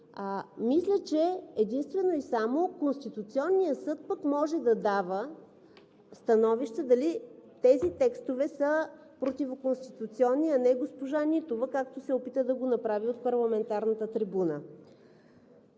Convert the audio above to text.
Мисля, че единствено и само Конституционният съд може да дава становища дали тези текстове са противоконституционни, а не госпожа Нитова, както се опита да го направи от парламентарната трибуна.